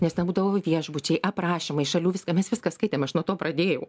nes ten būdavo viešbučiai aprašymai šalių viską mes viską skaitėm aš nuo to pradėjau